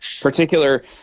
particular